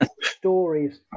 stories